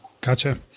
Gotcha